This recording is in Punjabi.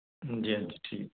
ਹਾਂਜੀ ਹਾਂਜੀ ਠੀਕ